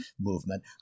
movement